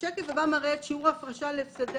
השקף הבא מראה את שיעור ההפרשה להפסדי